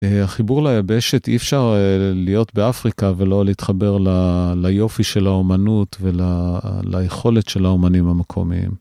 החיבור ליבשת אי אפשר להיות באפריקה ולא להתחבר ליופי של האומנות וליכולת של האומנים המקומיים.